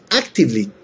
actively